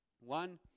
One